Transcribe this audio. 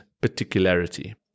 particularity